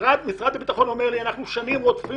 בפרט שבמשרד הביטחון אומרים לי: אנחנו שנים רודפים